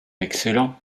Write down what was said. excellent